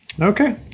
okay